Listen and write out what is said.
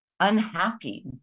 Unhappy